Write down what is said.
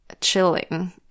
chilling